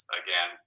again